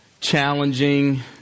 challenging